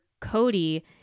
Cody